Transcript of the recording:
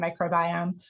microbiome